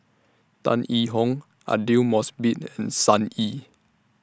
Tan Yee Hong Aidli Mosbit and Sun Yee